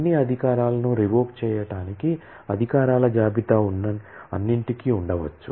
అన్ని అధికారాలను రివోక్ చేయటానికి అధికారాల జాబితా అన్నింటికీ ఉండవచ్చు